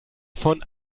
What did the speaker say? von